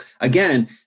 again